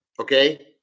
Okay